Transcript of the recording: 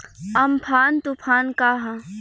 Amphan तुफान का ह?